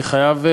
אני גם חייב,